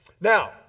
now